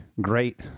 great